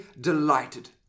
delighted